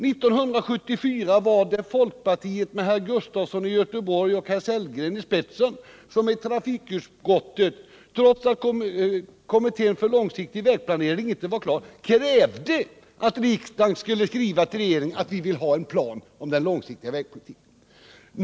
1974 var det folkpartiet med herr Gustafson i Göteborg och herr Sellgren i spetsen som i trafikutskottet krävde — trots att kommittén för långsiktig vägplanering inte var klar — att riksdagen skulle skriva till regeringen att vi ville ha en plan om den långsiktiga vägpolitiken.